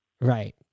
Right